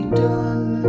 done